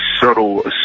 subtle